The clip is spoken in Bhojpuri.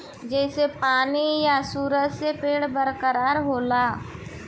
जइसे पानी आ सूरज से पेड़ बरका होला